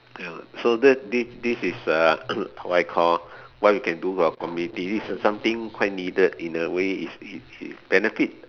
ya so this this this is uh what I call why we can do for the community this is something quite needed for the way is it benefit